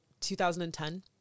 2010